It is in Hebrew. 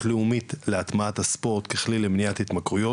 לאומית להטמעת הספורט ככלי למניעת התמכרויות,